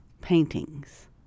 paintings